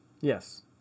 Yes